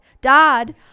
dad